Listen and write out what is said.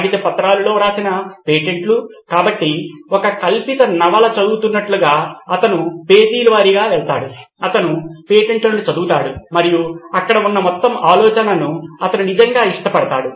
కాగిత పత్రాలులొ వ్రాసిన పేటెంట్లు కాబట్టి ఒక కల్పిత నవల చదువుతున్నట్లుగా అతను పేజీల వారీగా వెళ్తాడు అతను పేటెంట్లను చదువుతాడు మరియు అక్కడ ఉన్న మొత్తం ఆలోచనను అతను నిజంగా ఇష్టపడతాడు